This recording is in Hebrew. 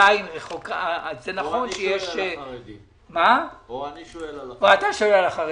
או אני שואל על החרדים.